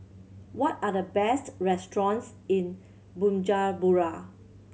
what are the best restaurants in Bujumbura